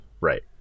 Right